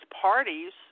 parties